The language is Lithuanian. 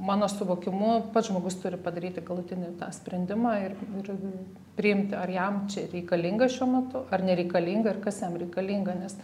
mano suvokimu pats žmogus turi padaryti galutinį tą sprendimą ir ir priimti ar jam čia reikalinga šiuo metu ar nereikalinga ir kas jam reikalinga nes